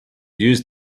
used